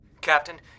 Captain